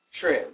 trim